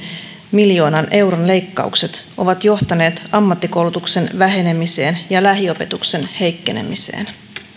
miljoonan euron leikkaukset ovat johtaneet ammattikoulutuksen vähenemiseen ja lähiopetuksen heikkenemiseen